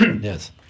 Yes